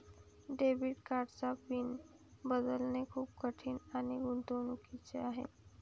debit कार्डचा pin बदलणे खूप कठीण आणि गुंतागुंतीचे आहे